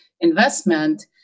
investment